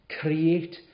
Create